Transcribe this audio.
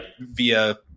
via